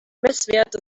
messwerte